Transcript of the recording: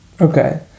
Okay